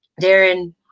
Darren